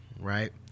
right